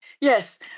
Yes